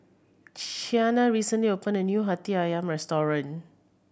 Qiana recently opened a new Hati Ayam restaurant